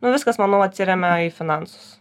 nu viskas manau atsiremia į finansus